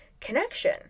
connection